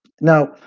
Now